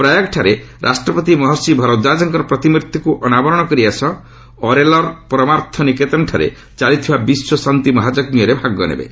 ପ୍ରୟାଗଠାରେ ରାଷ୍ଟ୍ରପତି ମହର୍ଷି ଭରଦ୍ୱାରଜଙ୍କର ପ୍ରତିମୂଭିକୁ ଅନାବରଣ କରିବା ସହ ଅରେଲ୍ର ପରମାର୍ଥ ନିକେତନଠାରେ ଚାଲିଥିବା ବିଶ୍ୱଶାନ୍ତି ମହାଯଜ୍ଞରେ ଭାଗ ନେବେ